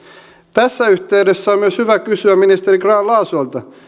tässä yhteydessä on myös hyvä kysyä ministeri grahn laasoselta